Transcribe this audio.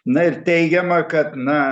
na ir teigiama kad na